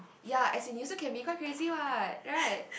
ya as in you also can be quite crazy [what] right